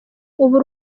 ubu